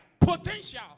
potential